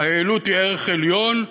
היעילות היא ערך עליון,